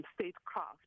statecraft